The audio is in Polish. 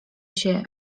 się